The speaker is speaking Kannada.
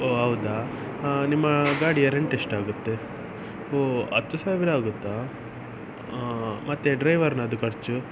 ಓ ಹೌದಾ ನಿಮ್ಮ ಗಾಡಿಯ ರೆಂಟ್ ಎಷ್ಟಾಗುತ್ತೆ ಓ ಹತ್ತು ಸಾವಿರ ಆಗುತ್ತಾ ಮತ್ತೆ ಡ್ರೈವರ್ನದ್ದು ಖರ್ಚು